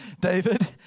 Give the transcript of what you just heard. David